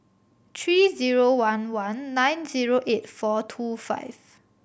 three zero one one nine zero eight four two five